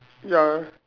ya